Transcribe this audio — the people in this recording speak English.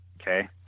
Okay